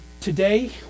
today